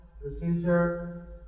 procedure